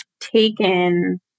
taken